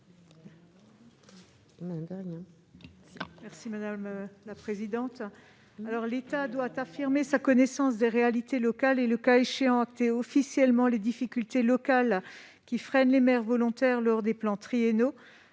est à Mme Sabine Drexler. L'État doit affirmer sa connaissance des réalités locales et, le cas échéant, acter officiellement les difficultés locales qui freinent les maires volontaires lors des plans triennaux